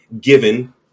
given